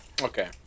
Okay